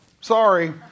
Sorry